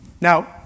Now